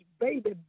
Baby